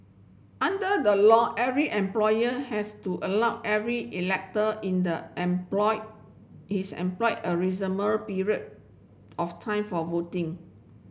under the law every employer has to allow every elector in the employ his employ a period of time for voting